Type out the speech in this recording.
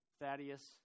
Thaddeus